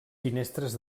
finestres